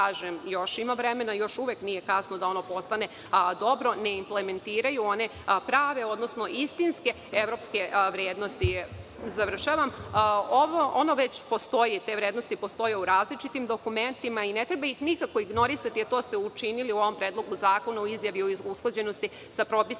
uvek ima vremena, još uvek nije kasno da ono postane dobro, ne implementiraju one prave, odnosno istinske evropske vrednosti. Te vrednosti već postoje u različitim dokumentima i ne treba ih nikako ignorisati, a to ste učinili u ovom predlogu zakona u izjavi o usklađenosti sa propisima